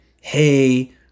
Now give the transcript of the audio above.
hey